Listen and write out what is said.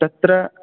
तत्र